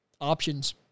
options